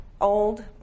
old